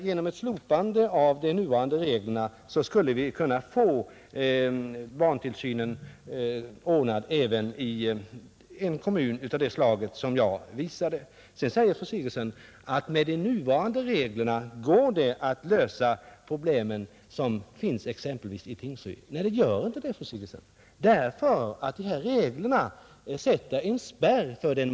Genom att slopa de nuvarande reglerna skulle vi kunna få barntillsynen ordnad även i kommuner av det slag som jag här gav exempel på. Med nu gällande regler går det att lösa problemen i exempelvis Tingsryd, sade fru Sigurdsen också. Nej, det gör inte det, fru Sigurdsen, ty dessa regler sätter en spärr för det.